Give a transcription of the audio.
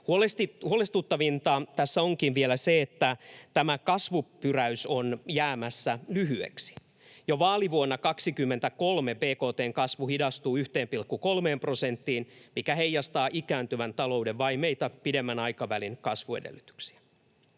Huolestuttavinta tässä onkin vielä se, että tämä kasvupyräys on jäämässä lyhyeksi. Jo vaalivuonna 23 bkt:n kasvu hidastuu 1,3 prosenttiin, mikä heijastaa ikääntyvän talouden vaimeita pidemmän aikavälin kasvuedellytyksiä.